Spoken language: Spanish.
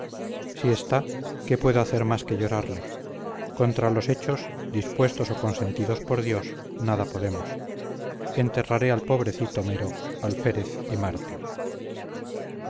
si está qué puedo hacer más que llorarle contra los hechos dispuestos o consentidos por dios nada podemos enterraré al pobrecito mero alférez y mártir